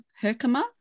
Herkimer